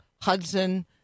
Hudson